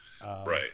right